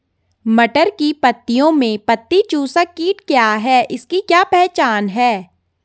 मटर की पत्तियों में पत्ती चूसक कीट क्या है इसकी क्या पहचान है?